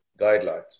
guidelines